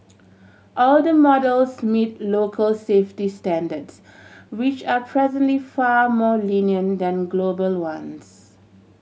all the models meet local safety standards which are presently far more lenient than global ones